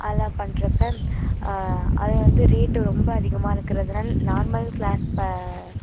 அதுலாம் பண்ணுறப்ப அது வந்து ரேட்டு ரொம்ப அதிகமாக இருக்கிறதுனால நார்மல் க்ளாஸ்